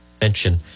mention